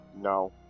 No